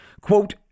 quote